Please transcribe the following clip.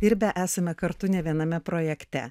ir be esame kartu ne viename projekte